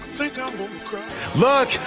Look